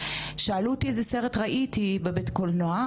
שאלו אותי איזה סרט ראיתי בקולנוע,